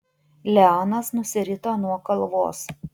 leonas nusirito nuo kalvos